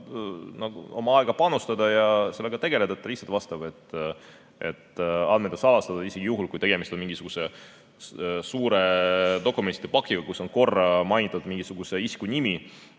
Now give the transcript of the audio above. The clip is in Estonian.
oma aega panustada ja sellega tegeleda, ta vastab, et andmed on salastatud. Isegi juhul kui tegemist on mingisuguse suure dokumentide pakiga, kus on korra mainitud mingisuguse isiku nime